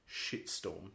Shitstorm